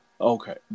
Okay